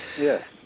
Yes